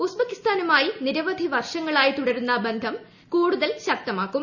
ഉസ്ബക്കിസ്ഥാനുമായി നിരവധി വർഷങ്ങളായി തുടരുന്ന ബന്ധം കൂടുതൽ ശക്തമാക്കും